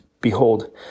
Behold